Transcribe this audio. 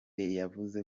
yavuze